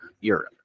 Europe